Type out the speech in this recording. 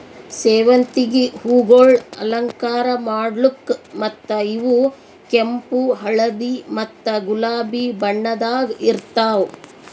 ಸೇವಂತಿಗೆ ಹೂವುಗೊಳ್ ಅಲಂಕಾರ ಮಾಡ್ಲುಕ್ ಮತ್ತ ಇವು ಕೆಂಪು, ಹಳದಿ ಮತ್ತ ಗುಲಾಬಿ ಬಣ್ಣದಾಗ್ ಇರ್ತಾವ್